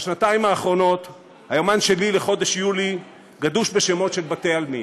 בשנתיים האחרונות היומן שלי לחודש יולי גדוש בשמות של בתי-עלמין.